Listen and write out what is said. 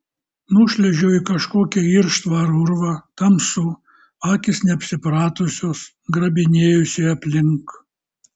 nušliuožiau į kažkokią irštvą ar urvą tamsu akys neapsipratusios grabinėjuosi aplink